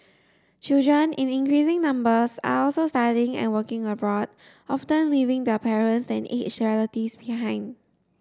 children in increasing numbers are also studying and working abroad often leaving their parents and aged relatives behind